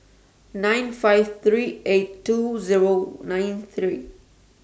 nine five three eight two Zero nine three